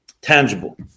tangible